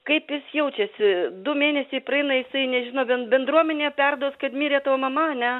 kaip jis jaučiasi du mėnesiai praeina jisai nežino bendruomenė perduoti kad mirė tavo mama ane